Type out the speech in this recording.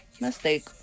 Mistake